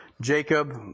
Jacob